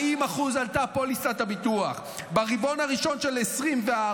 פוליסת הביטוח עלתה ב-40%; ברבעון הראשון של 2024,